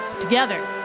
Together